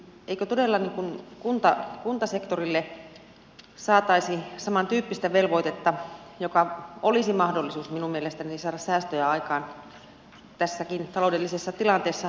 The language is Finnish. eikö todella kuntasektorille saataisi samantyyppistä velvoitetta jolla olisi mahdollisuus minun mielestäni saada tarpeellisia säästöjä aikaan tässäkin taloudellisessa tilanteessa